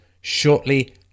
shortly